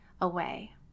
away